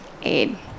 aid